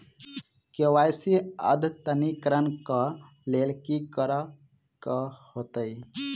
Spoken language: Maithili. के.वाई.सी अद्यतनीकरण कऽ लेल की करऽ कऽ हेतइ?